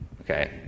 Okay